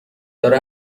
داره